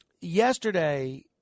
yesterday